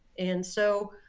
and so,